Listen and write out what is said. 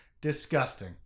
Disgusting